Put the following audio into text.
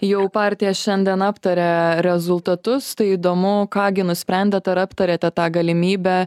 jau partija šiandien aptarė rezultatus tai įdomu ką gi nusprendėt ar aptarėte tą galimybę